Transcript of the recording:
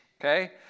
Okay